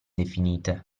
definite